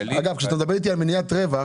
אגב, כשאתה מדבר אתי על מניעת רווח